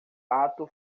ato